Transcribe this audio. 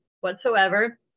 whatsoever